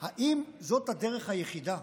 האם זאת הדרך היחידה?